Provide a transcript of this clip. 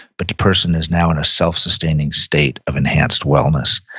but the person is now in a self-sustaining state of enhanced wellness,